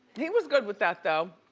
he was good with that though.